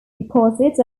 deposits